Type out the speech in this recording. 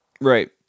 Right